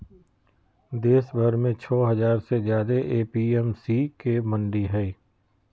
देशभर में छो हजार से ज्यादे ए.पी.एम.सी के मंडि हई